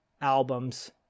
albums